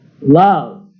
love